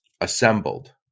assembled